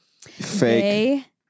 fake